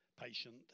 patient